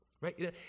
Right